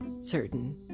certain